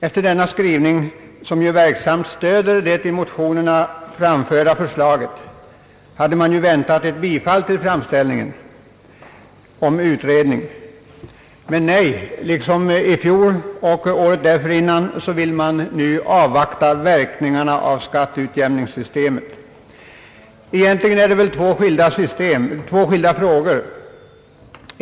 Efter denna skrivning, som ju verksamt stöder det i motionerna framförda förslaget, kunde man vänta ett bifall till framställningen om utredning. Men nej, liksom i fjol och året dessförinnan vill man avvakta verkningarna av skatteutjämningssystemet. Detta är egentligen två skilda frågor.